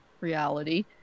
reality